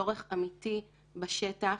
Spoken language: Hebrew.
זה חוק שיש לו צורך אמיתי בשטח,